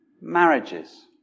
marriages